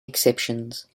exceptions